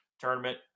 tournament